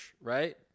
right